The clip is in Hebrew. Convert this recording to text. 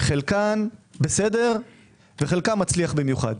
חלקם בסדר וחלקם מצליח במיוחד.